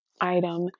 item